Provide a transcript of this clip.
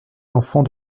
enfants